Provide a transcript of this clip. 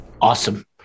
Awesome